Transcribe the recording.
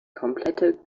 komplette